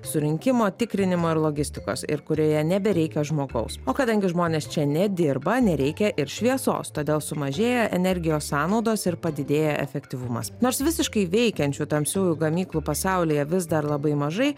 surinkimo tikrinimo ir logistikos ir kurioje nebereikia žmogaus o kadangi žmonės čia nedirba nereikia ir šviesos todėl sumažėja energijos sąnaudos ir padidėja efektyvumas nors visiškai veikiančių tamsiųjų gamyklų pasaulyje vis dar labai mažai